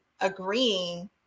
agreeing